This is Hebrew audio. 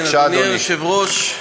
בבקשה, אדוני.